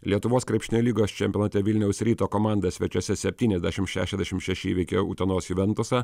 lietuvos krepšinio lygos čempionate vilniaus ryto komanda svečiuose septyniasdešim šešiasdešim šeši įveikė utenos juventusą